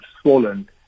swollen